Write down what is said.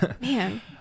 Man